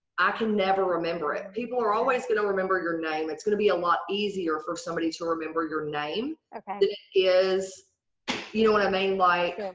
i can never remember it. people are always gonna remember your name. it's gonna be a lot easier for somebody to remember your name ah kind of is you know what i mean like